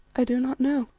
i do not know,